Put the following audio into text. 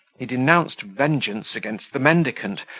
he denounced vengeance against the mendicant,